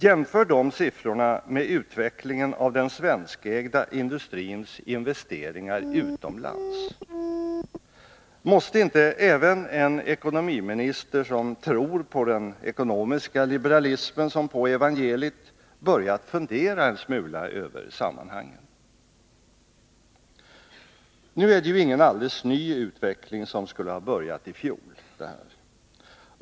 Jämför de siffrorna med utvecklingen av den Nr 85 svenskägda industrins investeringar utomlands! Måste inte även en ekono Måndagen den miminister som tror på den ekonomiska liberalismen som på evangeliet börja 22 februari 1982 att fundera en smula över sammanhangen? Nu är ju detta ingen alldeles ny utveckling som skulle ha börjat i fjol.